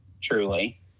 Truly